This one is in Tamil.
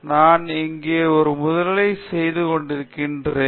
நான் இங்கே ஒரு முதுகலை செய்து கொண்டிருக்கிறேன்